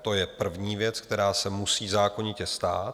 To je první věc, která se musí zákonitě stát.